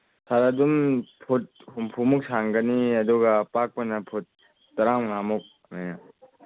ꯁꯥꯔ ꯑꯗꯨꯝ ꯐꯨꯠ ꯍꯨꯝꯐꯨꯃꯨꯛ ꯁꯥꯡꯒꯅꯤꯌꯦ ꯑꯗꯨꯒ ꯄꯥꯛꯄꯅ ꯐꯨꯠ ꯇꯔꯥꯃꯉꯥꯃꯨꯛ ꯑꯗꯨꯃꯥꯏꯅ